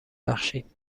بخشید